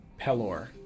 Pelor